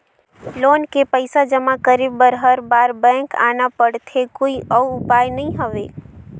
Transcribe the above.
Loan के पईसा जमा करे बर हर बार बैंक आना पड़थे कोई अउ उपाय नइ हवय?